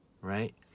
right